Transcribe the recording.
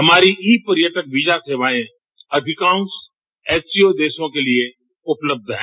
हमारी ई पर्यटक वीजा सेवाएं अधिकांश एससीओ देशों के लिए उपलब्ध हैं